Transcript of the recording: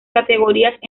categorías